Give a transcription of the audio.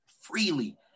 freely